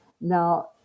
Now